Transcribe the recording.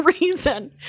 reason